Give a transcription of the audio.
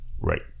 Right